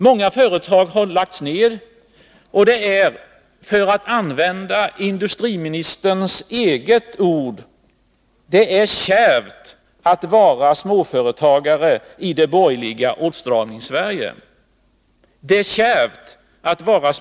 Många företag har lagts 11 juni 1982 ned, och det är, för att använda industriministerns egna ord, kärvt att vara småföretagare i den borgerliga åtstramningens Sverige.